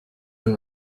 and